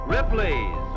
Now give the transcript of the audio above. Ripley's